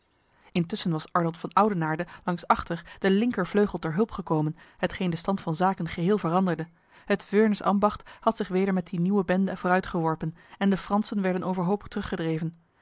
intussen was arnold van oudenaarde langs achter de linkervleugel ter hulp gekomen hetgeen de stand van zaken geheel veranderde het veurnes ambacht had zich weder met die nieuwe bende vooruitgeworpen en de fransen werden overhoop